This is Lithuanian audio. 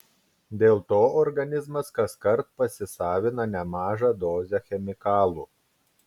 dėl to organizmas kaskart pasisavina nemažą dozę chemikalų